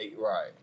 Right